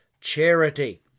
charity